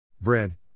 Bread